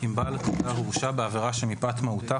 אם בעל התעודה הורשע בעבירה שמפאת מהותה,